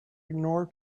ignore